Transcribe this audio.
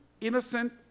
innocent